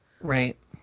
right